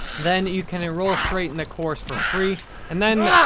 then you can enroll straight in the course for free and then,